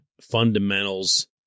fundamentals